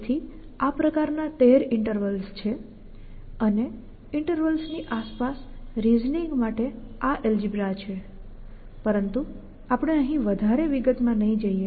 તેથી આ પ્રકારના 13 ઈન્ટર્વલ્સ છે અને ઈન્ટર્વલ્સની આસપાસ રિઝનિંગ માટે આ એલ્જીબ્રા છે પરંતુ આપણે અહીં વધારે વિગતમાં નહીં જઈએ